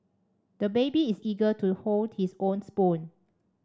the baby is eager to hold his own spoon